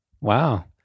Wow